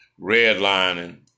redlining